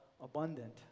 abundant